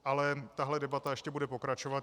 Ale tahle debata ještě bude pokračovat.